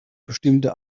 bestimmte